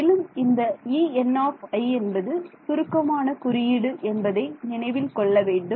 மேலும் இந்த En என்பது சுருக்கமான குறியீடு என்பதை நினைவில் கொள்ள வேண்டும்